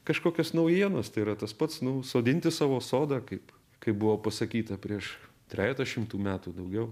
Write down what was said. kažkokios naujienos tai yra tas pats nu sodinti savo sodą kaip kaip buvo pasakyta prieš trejetą šimtų metų daugiau